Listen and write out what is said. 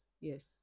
yes